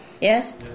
Yes